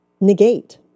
negate